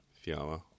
Fiala